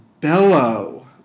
bellow